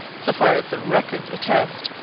so far as the records attest,